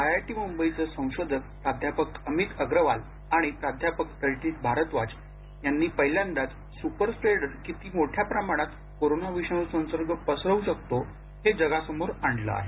IIT मुंबईचे संशोधक प्राध्यापक अमित अग्रवाल आणि प्राध्यापक रजनीश भारद्वार यांनी पहिल्यांदाच स्पर स्प्रेडर किती प्रमाणात कोरोना विषाणू संसर्ग पसरवू शकतो हे समोर आणले आहे